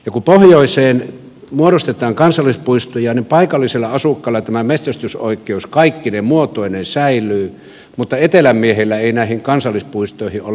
kun pohjoiseen muodostetaan kansallispuistoja paikallisilla asukkailla tämä metsästysoikeus kaikkine muotoineen säilyy mutta etelän miehillä ei näihin kansallispuistoihin ole asiaa